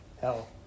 hell